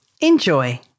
Enjoy